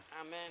Amen